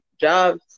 jobs